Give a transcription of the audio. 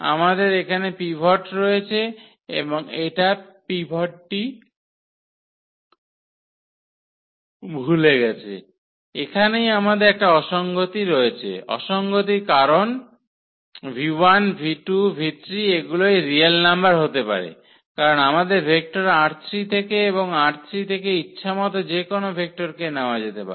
আমাদের এখানে পিভট রয়েছে এবং এটা পিভটটি ভুলে গেছে এখানেই আমাদের একটা অসঙ্গতি রয়েছে অসঙ্গতি কারণ এগুলোই রিয়েল নাম্বার হতে পারে কারণ আমাদের ভেক্টর ℝ3 থেকে এবং ℝ3 থেকে ইচ্ছামত যেকোনো ভেক্টরকে নেওয়া যেতে পারে